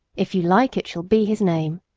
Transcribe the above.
if you like it shall be his name